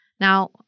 Now